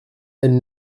elle